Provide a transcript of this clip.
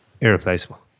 Irreplaceable